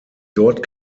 dort